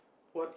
what